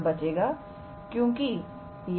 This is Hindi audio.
बचेगा क्योंकि यह